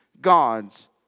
God's